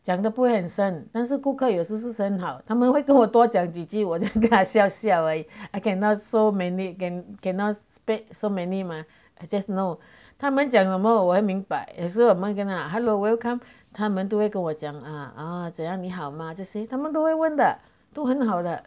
讲的不会很深但是顾客有时是很好他们会跟我多讲几句我就跟他笑笑而已 I cannot so many cannot speak so many mah I just know 他们讲什么我明白可是我跟他 hello welcome 他们都会跟我讲啊怎样你好吗这些他们都会问的都很好的